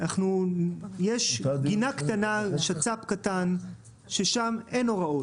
אנחנו, יש גינה קטנה, שצ"פ קטן, ששם אין הוראות.